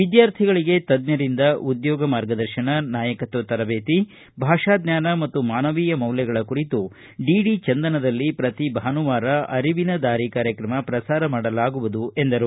ವಿದ್ಯಾರ್ಥಿಗಳಿಗೆ ತಜ್ಜರಿಂದ ಉದ್ಯೋಗ ಮಾರ್ಗದರ್ಶನ ನಾಯಕತ್ವ ತರಬೇತಿ ಭಾಷಾಜ್ವಾನ ಮತ್ತು ಮಾನವೀಯ ಮೌಲ್ಯಗಳ ಕುರಿತು ಡಿಡಿ ಚಂದನದಲ್ಲಿ ಪ್ರತಿ ಭಾನುವಾರ ಅರಿವಿನ ದಾರಿ ಕಾರ್ಯಕ್ರಮ ಪ್ರಸಾರ ಮಾಡಲಾಗುವುದು ಎಂದರು